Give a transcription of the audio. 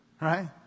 right